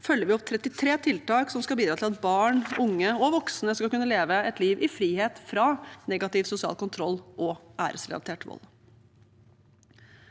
følger vi opp 33 tiltak som skal bidra til at barn, unge og voksne skal kunne leve et liv i frihet fra negativ sosial kontroll og æresrelatert vold.